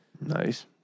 Nice